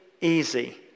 easy